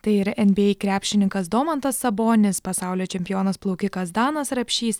tai ir nba krepšininkas domantas sabonis pasaulio čempionas plaukikas danas rapšys